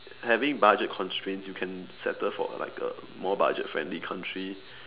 having budget constraints you can settle for like a more budget friendly country